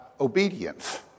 obedience